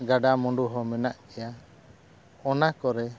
ᱜᱟᱰᱟ ᱢᱩᱸᱰᱩ ᱦᱚᱸ ᱢᱮᱱᱟᱜ ᱠᱮᱭᱟ ᱚᱱᱟ ᱠᱚᱨᱮ